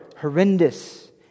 horrendous